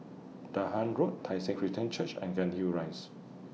Dahan Road Tai Seng Christian Church and Cairnhill Rise